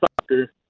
soccer